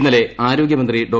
ഇന്നലെ ആരോഗ്യമന്ത്രി ഡോ